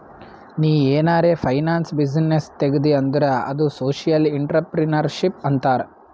ನೀ ಏನಾರೆ finance business ತೆಗ್ದಿ ಅಂದುರ್ ಅದು ಸೋಶಿಯಲ್ ಇಂಟ್ರಪ್ರಿನರ್ಶಿಪ್ ಅಂತಾರ್